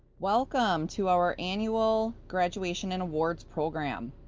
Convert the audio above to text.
welcome to our annual graduation and awards program.